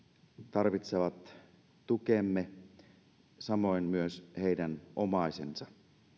tarvitsevat tukemme samoin heidän omaisensa